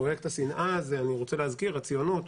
פרויקט השנאה הזה, אני רוצה להזכיר, הציונות,